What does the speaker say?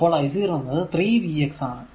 അപ്പോൾ i 0 എന്നത് 3 vx ആണ്